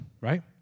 right